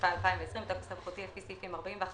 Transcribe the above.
התשפ"א-2020 "בתוקף סמכותי לפי סעיפים 41